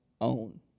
own